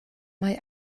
mae